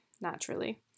naturally